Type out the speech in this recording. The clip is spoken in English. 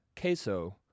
queso